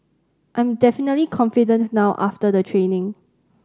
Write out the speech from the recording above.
I'm definitely confident now after the training